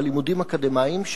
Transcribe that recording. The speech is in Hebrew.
אבל לימודים אקדמיים,